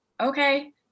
okay